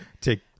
take